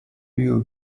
you